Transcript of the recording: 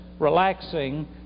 relaxing